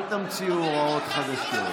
אל תמציאו הוראות חדשות.